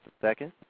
second